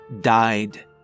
died